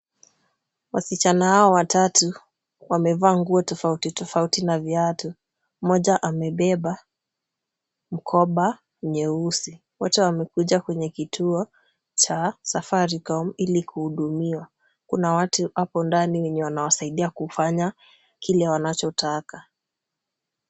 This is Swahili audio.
Wasichana hawa watatu wamevaa nguo tofauti tofauti na viatu. Mmoja amebeba mkoba nyeusi. Wote wamekuja kwenye kituo cha safaricom, ili kuhudumiwa. Kuna watu hapo ndani wenye wanawasaidia kufanya kile wanachotaka.